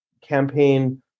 campaign